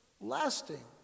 lasting